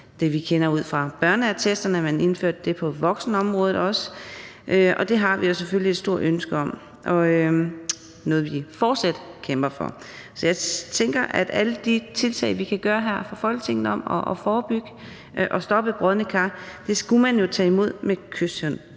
det, vi kender fra børneattesterne, også indføres på voksenområdet. Det har vi jo selvfølgelig et stort ønske om, og det er noget, vi fortsat kæmper for. Så jeg tænker, at alle de tiltag, vi kan tage her fra Folketinget, for at forebygge og stoppe brodne kar, skulle man jo tage imod med kyshånd.